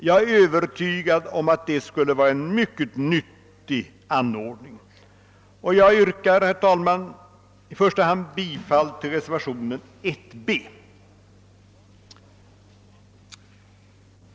Jag är övertygad om att detta skulle vara en mycket nyttig anordning. Jag yrkar, herr talman, i första hand bifall till reservationen 1 b.